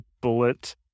bullet